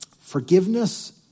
Forgiveness